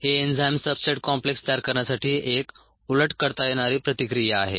ही enzyme substrate complex तयार करण्यासाठी एक उलट करता येणारी प्रतिक्रिया आहे